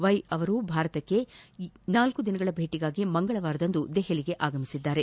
Y ಅವರು ಭಾರತಕ್ಷೆ ನಾಲ್ಲು ದಿನಗಳ ಭೇಟಿಗಾಗಿ ಮಂಗಳವಾರದಂದು ದೆಹಲಿಗೆ ಆಗಮಿಸಿದ್ದಾರೆ